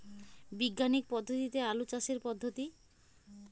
বিজ্ঞানিক পদ্ধতিতে আলু চাষের পদ্ধতি?